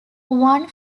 one